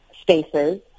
spaces